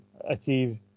achieve